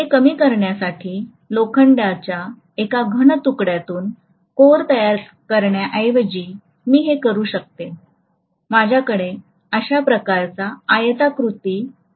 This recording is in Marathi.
हे कमी करण्यासाठी लोखंडाच्या एका घन तुकड्यातून कोर तयार करण्याऐवजी मी हे करू शकते माझ्याकडे अशा प्रकारचा आयताकृती तुकडा असेल